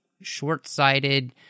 short-sighted